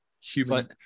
human